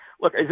Look